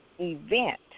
event